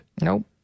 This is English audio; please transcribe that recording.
nope